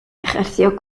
ejerció